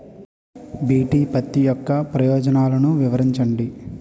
BT పత్తి యొక్క ప్రయోజనాలను వివరించండి?